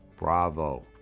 bravo.